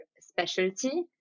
specialty